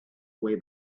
way